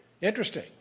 Interesting